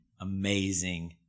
amazing